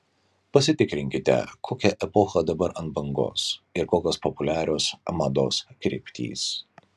pasitikrinkite kokia epocha dabar ant bangos ir kokios populiarios mados kryptys